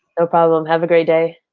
no problem, have a great day.